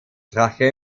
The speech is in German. rache